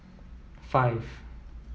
five